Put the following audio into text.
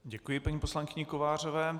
Děkuji paní poslankyni Kovářové.